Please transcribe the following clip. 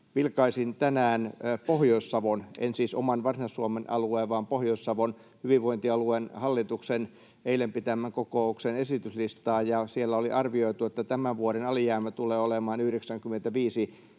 Vilkaisin tänään Pohjois-Savon, en siis oman Varsinais-Suomen alueen vaan Pohjois-Savon, hyvinvointialueen hallituksen eilen pitämän kokouksen esityslistaa. Siellä oli arvioitu, että tämän vuoden alijäämä tulee olemaan 95 miljoonaa